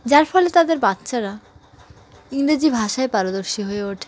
যার ফলে তাদের বাচ্চারা ইংরেজি ভাষায় পারদর্শী হয়ে ওঠে